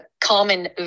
common